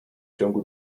ciągu